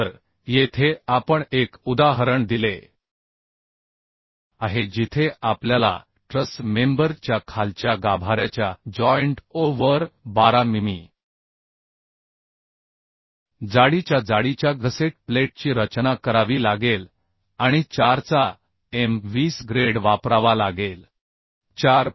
तर येथे आपण एक उदाहरण दिले आहे जिथे आपल्याला ट्रस मेंबर च्या खालच्या गाभाऱ्याच्या जॉइंट O वर 12 मिमी जाडीच्या जाडीच्या गसेट प्लेटची रचना करावी लागेल आणि 4 चा m 20 ग्रेड वापरावा लागेल 4